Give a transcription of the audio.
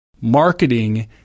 Marketing